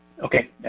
Okay